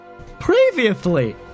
Previously